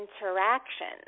interactions